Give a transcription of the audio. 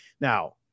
Now